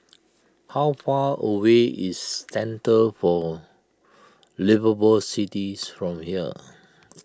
how far away is Centre for Liveable Cities from here